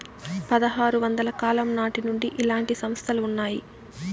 పదహారు వందల కాలం నాటి నుండి ఇలాంటి సంస్థలు ఉన్నాయి